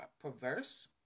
perverse